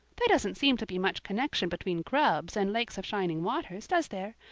there doesn't seem to be much connection between grubs and lakes of shining waters, does there?